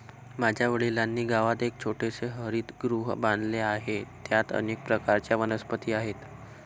माझ्या वडिलांनी गावात एक छोटेसे हरितगृह बांधले आहे, त्यात अनेक प्रकारच्या वनस्पती आहेत